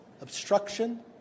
obstruction